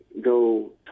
go